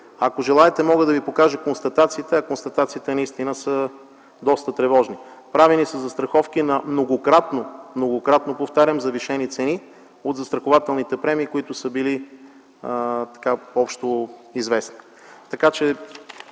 Ако желаете, мога да Ви покажа констатациите, които направихме, а те наистина са доста тревожни. Правени са застраховки на многократно, многократно, повтарям, завишени цени от застрахователните премии, които са били така общоизвестни.